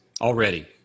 Already